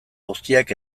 guztiak